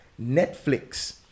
Netflix